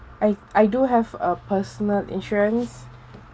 I I do have a personal insurance